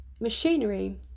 machinery